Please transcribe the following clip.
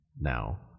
now